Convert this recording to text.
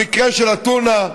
המקרה של הטונה,